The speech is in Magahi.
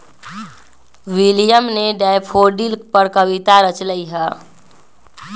विलियम ने डैफ़ोडिल पर कविता रच लय है